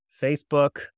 Facebook